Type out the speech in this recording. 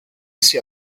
sia